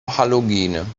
halogene